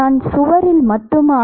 நான் சுவரில் மட்டுமா